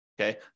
okay